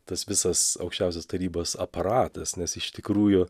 tas visas aukščiausios tarybos aparatas nes iš tikrųjų